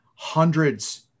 hundreds